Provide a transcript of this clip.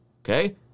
Okay